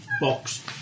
box